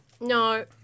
No